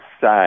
say